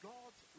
God's